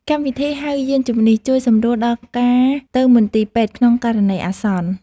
កម្មវិធីហៅយានជំនិះ ជួយសម្រួលដល់ការទៅមន្ទីរពេទ្យក្នុងករណីអាសន្ន។